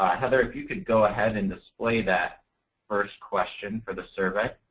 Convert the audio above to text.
heather, if you could go ahead and display that first question for the survey.